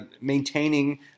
maintaining